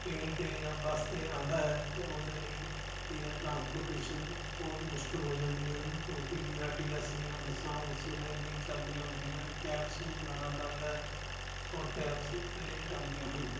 train 'ਤੇ ਜਾਂ bus 'ਤੇ ਆਉਂਦਾ ਹੈ ਤਾਂ ਉਹਦੇ ਲਈ ਜਿਹੜੀ ਹੈ ਟਰਾਂਸਪੋਰਟੇਸ਼ਨ ਬਹੁਤ ਮੁਸ਼ਕਿਲ ਹੋ ਜਾਂਦੀਆਂ ਹਨ ਕਿਉਂਕਿ ਬੀ ਆਰ ਟੀ ਐੱਸ ਦੀਆਂ ਬੱਸਾਂ ਉਸ ਵੇਲੇ ਨਹੀਂ ਚੱਲਦੀਆਂ ਹੁੰਦੀਆਂ ਕੈਬਸ ਨੂੰ ਬੁਲਾਉਣਾ ਪੈਂਦਾ ਹੈ ਔਰ ਕੈਬਸ ਲੇਟ ਆਉਂਦੀਆਂ ਹਨ